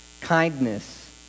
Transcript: kindness